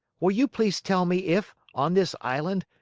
will you please tell me if, on this island,